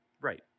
right